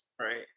Right